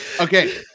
Okay